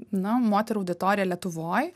na moterų auditorija lietuvoj